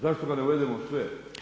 Zašto ga ne uvedemo u sve?